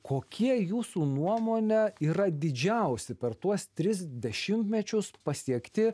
kokie jūsų nuomone yra didžiausi per tuos tris dešimtmečius pasiekti